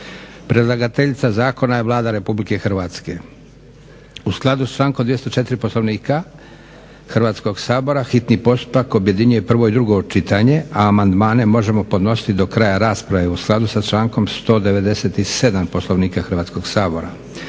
Predlagateljica Zakona je Vlada RH. U skladu sa člankom 204. Poslovnika Hrvatskog sabora hitni postupak objedinjuje prvo i drugo čitanje, a amandmane možemo podnositi do kraja rasprave u skladu sa člankom 197. Poslovnika Hrvatskog sabora.